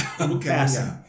Okay